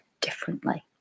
differently